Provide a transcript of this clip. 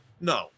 no